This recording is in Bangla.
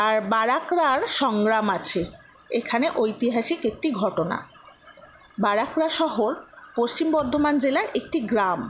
আর বারাক্রার সংগ্রাম আছে এখানে ঐতিহাসিক একটি ঘটনা বারাক্রা শহর পশ্চিম বর্ধমান জেলার একটি গ্রাম